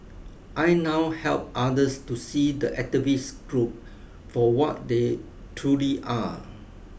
I now help others to see the activist group for what they truly are